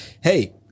hey